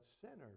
sinners